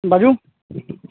Bablu